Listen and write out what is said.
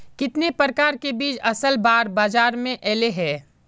कितने प्रकार के बीज असल बार बाजार में ऐले है?